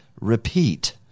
repeat